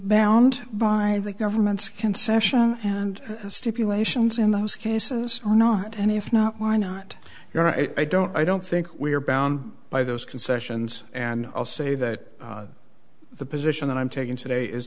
bound by the government's concession and stipulations in those cases or not and if not why not you're right i don't i don't think we are bound by those concessions and i'll say that the position that i'm taking today is